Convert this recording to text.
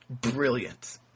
Brilliant